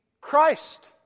Christ